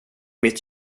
mitt